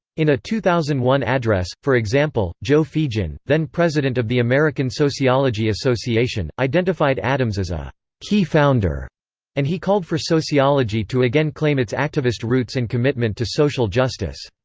in a two thousand and one address, for example, joe feagin, then president of the american sociology association, identified addams as a key founder and he called for sociology to again claim its activist roots and commitment to social justice.